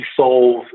solve